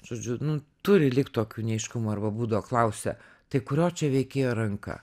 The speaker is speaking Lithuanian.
žodžiu nu turi likt tokių neaiškumų arba būdo klausia tai kurio čia veikėjo ranka